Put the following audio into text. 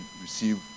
receive